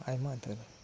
ᱟᱭᱢᱟ ᱩᱛᱟᱹᱨ